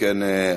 אם כן,